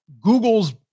Google's